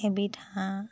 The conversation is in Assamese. এবিধ হাঁহ